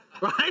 right